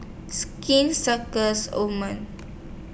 Skin Circus Oh men